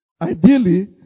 Ideally